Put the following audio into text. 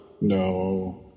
no